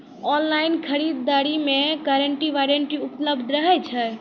Online खरीद दरी मे गारंटी वारंटी उपलब्ध रहे छै?